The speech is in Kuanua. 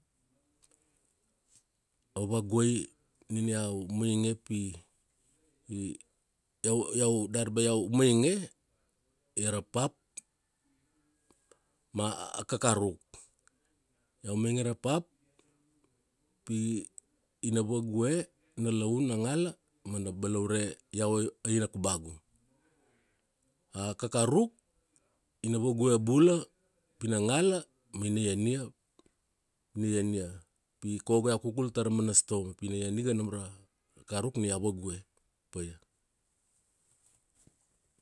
Vavaguai, nina iau, mainge pi, iau, iau dar ba iau mainge, ia ra pap, ma a kakaruk. Iau mainge ra pap, pi ina vague, na laun, na ngala ma na balaure iau, aira kubagu. A kakaruk, i na vague bula, pi na ngala ma ina iania, ina iania. Pi koko iau kukul tara umana store. Ma pi ina ian ika nam ra, kakaruk ni iau vague, paia.